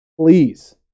Please